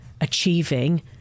achieving